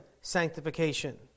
sanctification